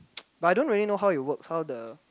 but I don't really know how it work how the